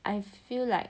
I feel like